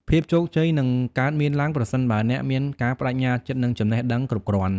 ភាពជោគជ័យនឹងកើតមានឡើងប្រសិនបើអ្នកមានការប្តេជ្ញាចិត្តនិងចំណេះដឹងគ្រប់គ្រាន់។